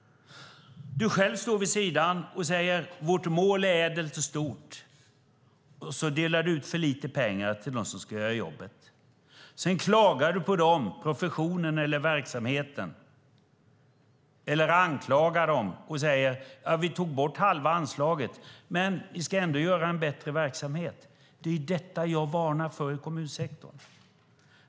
Han själv står vid sidan av och säger: Vårt mål är ädelt och stort. Så delar han ut för lite pengar till dem som ska göra jobbet. Sedan klagar han på professionen eller verksamheten eller anklagar dem och säger att vi tog bort halva anslaget, men ni ska ändå göra en bättre verksamhet. Det är detta jag varnar för i kommunsektorn.